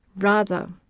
rather,